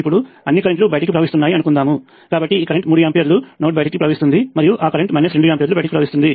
ఇప్పుడు అన్ని కరెంట్ లు బయటికి ప్రవహిస్తున్నాయి అనుకుందాము కాబట్టి ఈ కరెంట్ 3 ఆంపియర్లు నోడ్ బయటకు ప్రవహిస్తుంది మరియు ఆ కరెంటు 2 ఆంపియర్లు బయటకు ప్రవహిస్తుంది